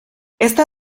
esta